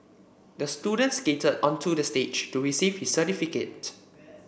the student skated onto the stage to receive his certificate